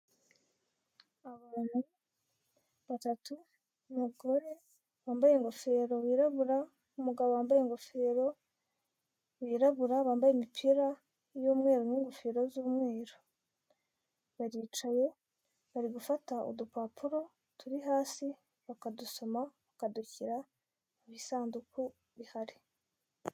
Abantu batatu umugore wambaye ingofero wirabura, umugabo wambaye ingofero wirabura, bambaye imipira y'umweru n'ingofero z'umweru. Baricaye, bari gufata udupapuro turi hasi bakadusoma bakadushyira mu bisanduku bihari.